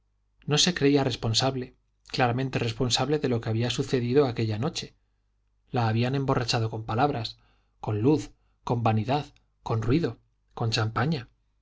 no se creía responsable claramente responsable de lo que había sucedido aquella noche la habían emborrachado con palabras con luz con vanidad con ruido con champaña